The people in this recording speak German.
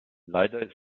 leider